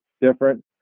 different